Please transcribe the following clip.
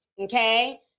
Okay